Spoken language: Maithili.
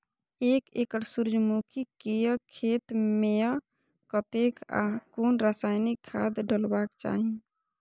एक एकड़ सूर्यमुखी केय खेत मेय कतेक आ कुन रासायनिक खाद डलबाक चाहि?